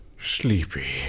sleepy